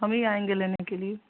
हम ही आएँगे लेने के लिए